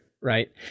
Right